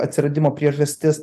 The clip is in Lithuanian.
atsiradimo priežastis